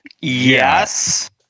yes